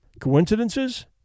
Coincidences